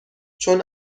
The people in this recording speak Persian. چون